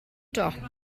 dop